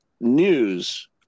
news